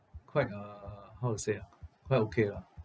quite uh how to say ah quite okay lah